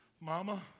Mama